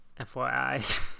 FYI